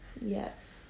Yes